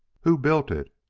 who built it?